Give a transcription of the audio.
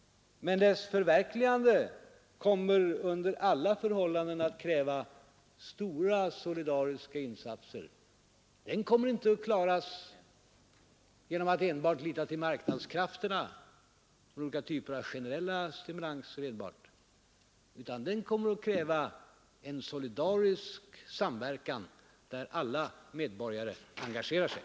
Men dess förverkligande kommer under alla förhållanden att kräva stora, solidariska insatser. Det kommer man inte att klara genom att enbart lita till marknadskrafterna och olika typer av generella stimulanser utan det kommer att kräva en solidarisk samverkan, där alla medborgare engagerar sig.